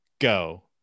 go